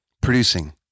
Producing